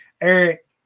Eric